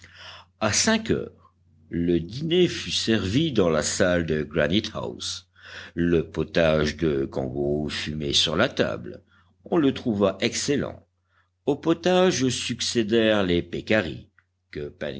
à cinq heures le dîner fut servi dans la salle de granite house le potage de kangourou fumait sur la table on le trouva excellent au potage succédèrent les pécaris que